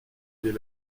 des